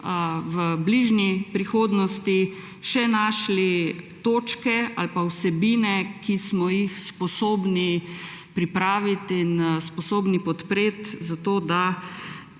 v bližnji prihodnosti še našli točke ali pa vsebine, ki smo jih sposobni pripraviti in sposobni podpreti, da